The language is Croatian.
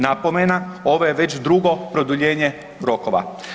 Napomena, ovo je već drugo produljenje rokova.